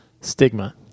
stigma